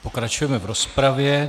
Pokračujeme v rozpravě.